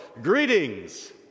greetings